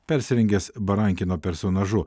persirengęs barankino personažu